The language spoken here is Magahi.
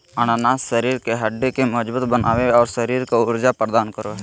अनानास शरीर के हड्डि के मजबूत बनाबे, और शरीर के ऊर्जा प्रदान करो हइ